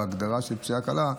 בהגדרה של פציעה קלה,